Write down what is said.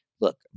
Look